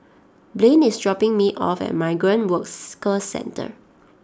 Blaine is dropping me off at Migrant Workers co Centre